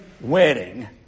wedding